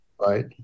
right